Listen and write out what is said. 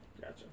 Gotcha